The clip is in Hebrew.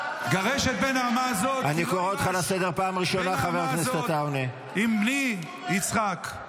"גרש את בן האמה הזאת כי לא יירש בן האמה הזאת עם בני עם יצחק"